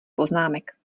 poznámek